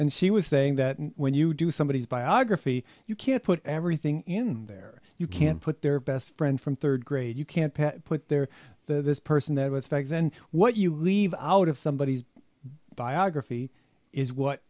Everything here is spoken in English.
and she was saying that when you do somebody's biography you can't put everything in there you can't put their best friend from third grade you can't put their this person that was back then what you leave out of somebody's biography is what